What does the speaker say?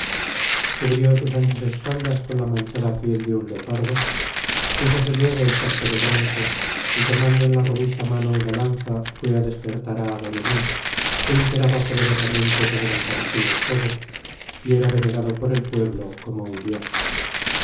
cubrió sus anchas espaldas con la manchada piel de un leopardo púsose luego el casco de bronce y tomando en la robusta mano una lanza fué á despertar á agamenón que imperaba poderosamente sobre los argivos todos y era venerado por el pueblo como un dios